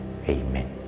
Amen